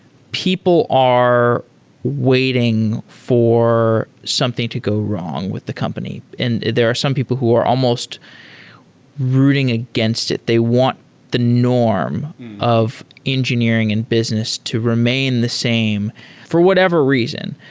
people are waiting for something to go wrong with the company. and there are some people who are almost rooting against it. they want the norm of engineering and business to remain the same for whatever reason.